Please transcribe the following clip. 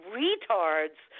retards